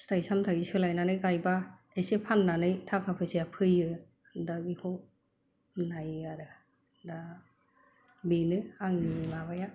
फिथाय सामथाय सोलायनानै गायब्ला एसे फाननानै थाखा फैसाया फैयो दा बेखौ नायो आरो दा बेनो आंनि माबाया